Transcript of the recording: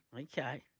Okay